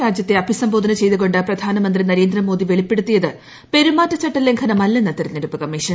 രാജ്യത്തെ അഭിസംബോധന ചെയ്തുകൊണ്ട് പ്രധാനമന്ത്രി നരേന്ദ്രമോദി വെളിപ്പെടുത്തിയത് പെരുമാറ്റച്ചട്ട ലംഘനമല്ലെന്ന് തെരഞ്ഞെടുപ്പ് കമ്മീഷൻ